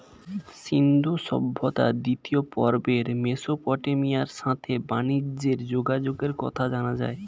সিন্ধু সভ্যতার দ্বিতীয় পর্বে মেসোপটেমিয়ার সাথে বানিজ্যে যোগাযোগের কথা জানা যায়